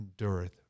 endureth